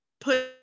put